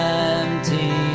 empty